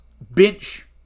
bench